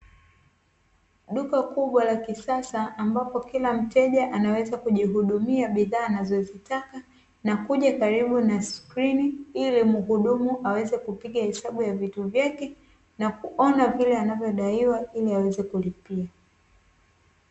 Duka kubwa la kisasa ambapo kila mteja anaweza kujihudumia bidhaa anazozitaka na kuja karibu na skrini, ili mhudumu aweze kupika hesabu ya vitu vyake na kuona vitu vyake ili aweze kulipia.